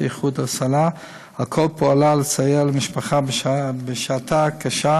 איחוד הצלה על כל פועלה לסייע למשפחה בשעתה הקשה,